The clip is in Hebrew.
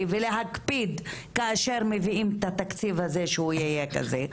ולהקפיד כאשר מביאים את התקציב הזה שהוא יהיה כזה,